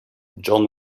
john